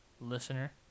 Listener